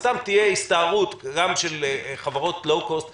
יש פה את הסיוע של מדינות אחרות לחברות התעופה שלהן,